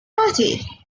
party